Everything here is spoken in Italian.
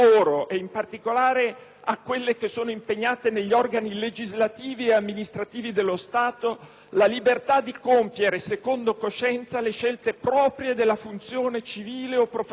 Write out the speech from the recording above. a quelle che sono impegnate negli organi legislativi e amministrativi dello Stato - la libertà di compiere secondo coscienza le scelte proprie della funzione civile o professionale che esse svolgono,